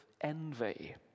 envy